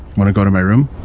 want to go to my room?